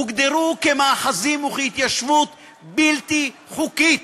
הוגדרו כמאחזים וכהתיישבות בלתי חוקית.